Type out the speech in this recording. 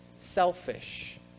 selfish